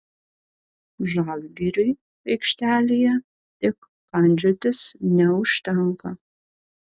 žalgiriui aikštelėje tik kandžiotis neužtenka